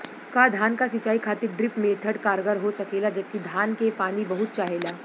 का धान क सिंचाई खातिर ड्रिप मेथड कारगर हो सकेला जबकि धान के पानी बहुत चाहेला?